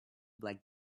black